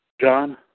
John